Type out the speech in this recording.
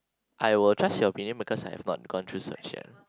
I will trust your opinion because I've not gone through yet